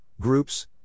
groups